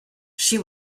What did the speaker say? she